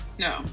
No